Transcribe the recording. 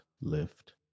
lift